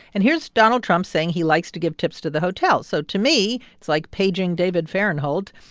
and here's donald trump saying he likes to give tips to the hotel. so to me, it's like paging david fahrenthold.